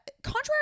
Contrary